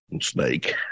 Snake